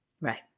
Right